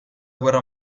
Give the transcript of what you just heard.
guerra